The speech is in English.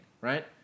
right